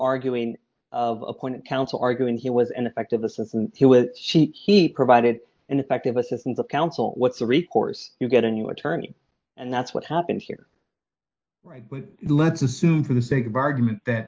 arguing of a point counsel arguing he was ineffective assistance she he provided ineffective assistance of counsel what's the recourse you get a new attorney and that's what happened here with let's assume for the sake